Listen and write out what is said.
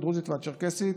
הדרוזית והצ'רקסית,